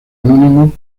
anónimo